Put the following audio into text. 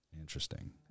Interesting